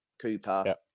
Cooper